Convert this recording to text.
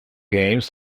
games